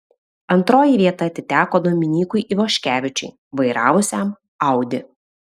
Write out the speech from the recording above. antroji vieta atiteko dominykui ivoškevičiui vairavusiam audi